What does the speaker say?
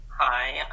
Hi